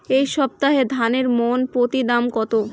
এই সপ্তাহে ধানের মন প্রতি দাম কত?